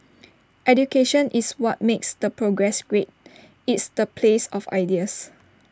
education is what makes the progress great it's the place of ideas